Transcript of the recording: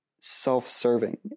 self-serving